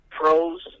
Pros